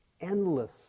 endless